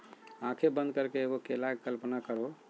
आँखें बंद करके एगो केला के कल्पना करहो